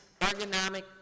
ergonomic